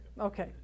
Okay